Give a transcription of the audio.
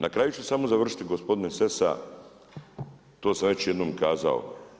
Na kraju ću samo završiti gospodine Sessa, to sam već jednom kazao.